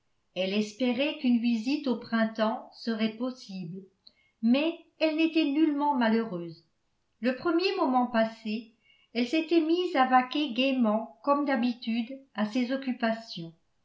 elle espérait qu'une visite au printemps serait possible mais elle n'était nullement malheureuse le premier moment passé elle s'était mise à vaquer gaiement comme d'habitude à ses occupations